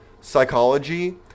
psychology